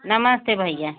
नमस्ते भईया